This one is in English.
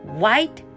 white